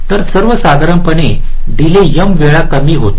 तर साधारणपणे delay m वेळा कमी होतो